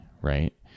right